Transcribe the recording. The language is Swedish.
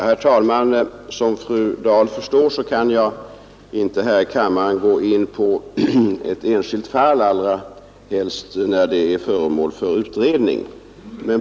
Herr talman! Som fru Dahl förstår kan jag inte här i kammaren gå in på ett enskilt fall, allra helst när det är föremål för utredning.